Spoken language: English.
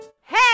hey